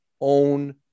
own